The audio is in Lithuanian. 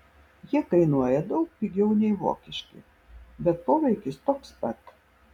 jie kainuoja daug pigiau nei vokiški bet poveikis toks pat